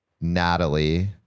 natalie